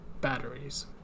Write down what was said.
batteries